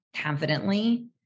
confidently